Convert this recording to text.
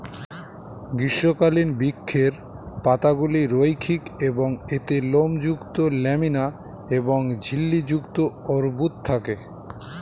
গ্রীষ্মকালীন বৃক্ষের পাতাগুলি রৈখিক এবং এতে লোমযুক্ত ল্যামিনা এবং ঝিল্লি যুক্ত অর্বুদ থাকে